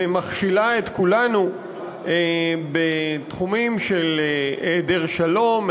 ומכשילה את כולנו בתחומים של היעדר שלום,